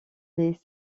les